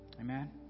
Amen